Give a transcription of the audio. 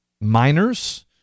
minors